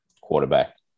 quarterback